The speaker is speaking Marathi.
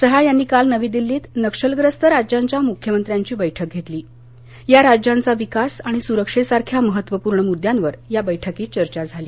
शहा यांनी काल नवी दिल्लीत नक्षलग्रस्त राज्यांच्या मुख्यमंत्र्यांची बैठक घेतली या राज्यांचा विकास आणि सुरक्षेसारख्या महत्त्वपूर्ण मुद्द्यांवर या बैठकीत चर्चा झाली